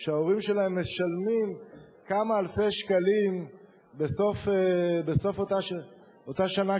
שההורים שלהם משלמים כמה אלפי שקלים בסוף אותה שנה,